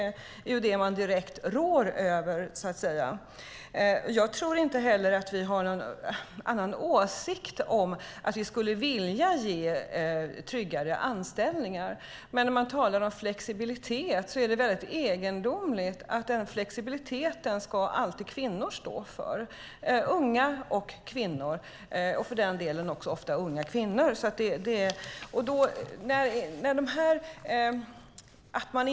Jag tror inte heller att vi har olika åsikter när det gäller att vilja ge tryggare anställningar. Vi talar om flexibilitet, men det är egendomligt att det alltid är unga och kvinnor som ska stå för flexibiliteten.